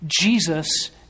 Jesus